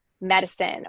medicine